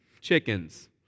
chickens